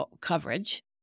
coverage